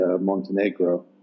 Montenegro